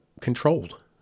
controlled